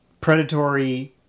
predatory